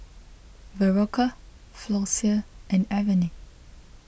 Berocca Floxia and Avene